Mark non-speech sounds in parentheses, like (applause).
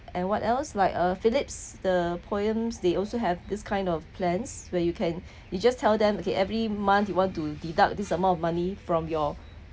and what else like uh Phillips the POEMS they also have this kind of plans where you can (breath) you just tell them okay every month you want to deduct this amount of money from your